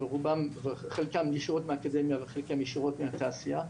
חלקם ישירות מהאקדמיה וחלקם ישירות מהתעשייה,